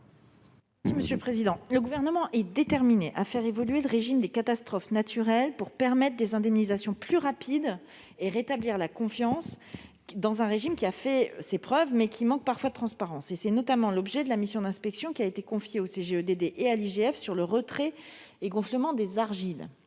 du Gouvernement ? Le Gouvernement est déterminé à faire évoluer le régime des catastrophes naturelles pour permettre des indemnisations plus rapides et rétablir la confiance dans un régime qui a fait ses preuves mais qui manque parfois de transparence. C'est notamment l'objet de la mission d'inspection qui a été confiée au CGEDD et à l'IGF sur le retrait-gonflement des argiles.